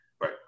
Right